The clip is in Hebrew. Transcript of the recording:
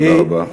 תודה רבה.